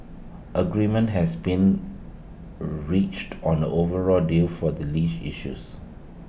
agreement has been reached on the overall deal for the Irish issues